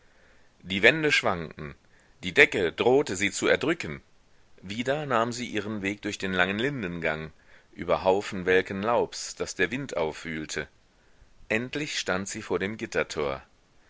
die wände schwankten die decke drohte sie zu erdrücken wieder nahm sie ihren weg durch den langen lindengang über haufen welken laubs das der wind aufwühlte endlich stand sie vor dem gittertor